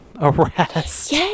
Arrest